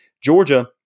Georgia